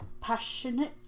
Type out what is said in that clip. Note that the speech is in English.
passionate